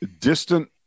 Distant